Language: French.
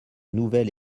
nouvel